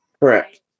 Correct